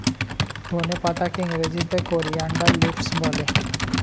ধনে পাতাকে ইংরেজিতে কোরিয়ানদার লিভস বলে